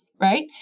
right